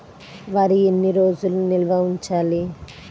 వరి ఎన్ని రోజులు నిల్వ ఉంచాలి?